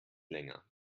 länger